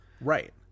right